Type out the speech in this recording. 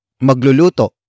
Magluluto